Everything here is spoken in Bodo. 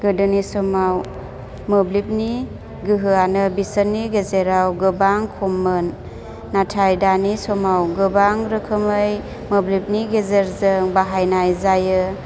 गोदोनि समाव मोब्लिबनि गोहोआनो बिसोरनि गेजेराव गोबां खममोन नाथाय दानि समाव गोबां रोखोमै मोब्लिबनि गेजेरजों बाहायनाय जायो